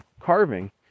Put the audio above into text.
carving